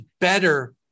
better